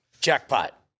jackpot